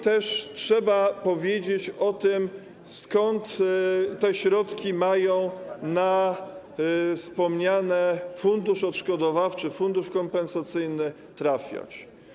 Trzeba też powiedzieć o tym, skąd te środki mają na wspomniane fundusze odszkodowawczy i kompensacyjny trafiać.